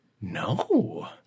No